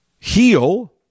heal